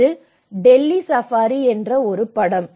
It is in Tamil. இது டெல்லி சஃபாரி என்று அழைக்கப்படுகிறது